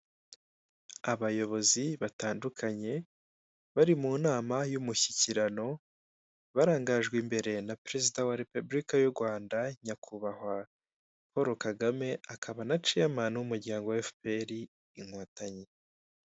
Abayobzi batandukanye bari mu nama y'umushyikirano barangajwe imbere na perezida wa repubulika y' u Rwanda nyakubahwa Polo Kagame akaba na ceyamani w'umuryango wa efuperi Inkotanyi.